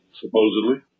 supposedly